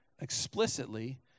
explicitly